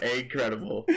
incredible